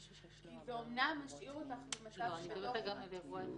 כי זה אומנם משאיר אותך במצב --- אני מדברת גם על אירוע אחד.